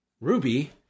Ruby